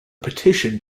petition